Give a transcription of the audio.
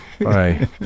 Bye